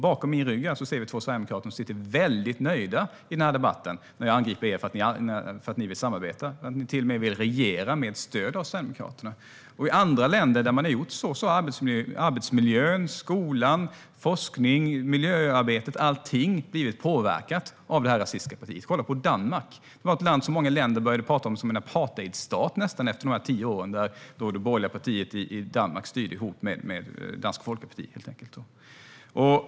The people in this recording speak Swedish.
Bakom min rygg här i kammaren ser vi två sverigedemokrater som sitter väldigt nöjda i denna debatt, när jag angriper er för att ni vill samarbeta med Sverigedemokraterna och till och med regera med stöd av dem. I andra länder där detta skett har arbetsmiljön, skolan, forskningen och miljöarbetet - allting - påverkats av det rasistiska partiet. Kolla på Danmark, som många länder började tala om nästan som en apartheidstat efter de tio år då det borgerliga partiet styrde ihop med Dansk folkeparti.